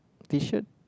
t-shirt